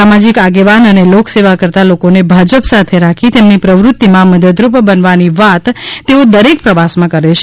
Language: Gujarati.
સામાજિક આગેવાન અને લોકસેવા કરતાં લોકોને ભાજપ સાથે રાખી તેમની પ્રવતિમાં મદદરૂપ બનવા ની વાત તેઓ દરેક પ્રવાસમાં કરે છે